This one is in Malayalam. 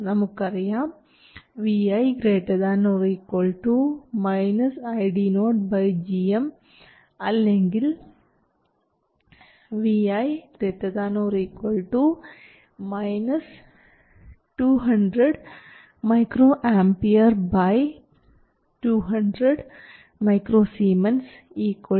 നമുക്കറിയാം vi ≥ IDO gm അല്ലെങ്കിൽ vi ≥ 200 µA 200 µS 1 V